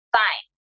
fine